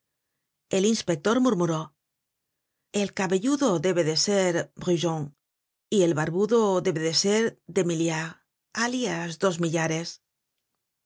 el inspector murmuró el cabelludo debe de ser brujon y el barbudo debe de ser demiliard alias dos millares